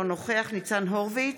אינו נוכח ניצן הורוביץ,